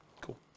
Cool